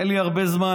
אין לי הרבה זמן,